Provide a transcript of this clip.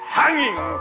hanging